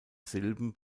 silben